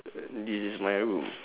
this is my room